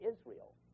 Israel